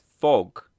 fog